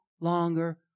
longer